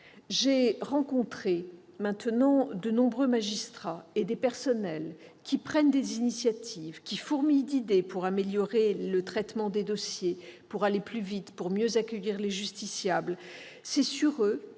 J'ai rencontré des magistrats et des personnels qui prennent des initiatives, fourmillant d'idées pour améliorer le traitement des dossiers, aller plus vite, mieux accueillir les justiciables